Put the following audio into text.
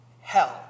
hell